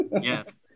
yes